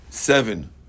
Seven